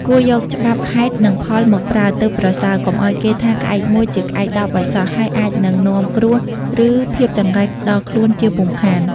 គួរយកច្បាប់ហេតុនិងផលមកប្រើទើបប្រសើរ កុំឱ្យគេថាក្អែកមួយជាក្អែកដប់ឱ្យសោះ ហើយអាចនឹងនាំគ្រោះ ឬភាពចង្រៃដល់ខ្លួនជាពុំខាន។